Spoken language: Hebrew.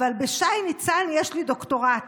אבל בשי ניצן יש לי דוקטורט.